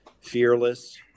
Fearless